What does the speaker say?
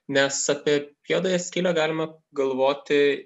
nes apie juodąją skylę galima galvoti